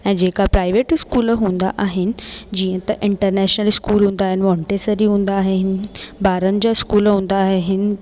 ऐं जेका private school हूंदा आहिनि जीअं त इंटरनेशनल स्कूल हूंदा आहिनि मोंटेसरी हूंदा आहिनि ॿारनि जा स्कूल हूंदा आहिनि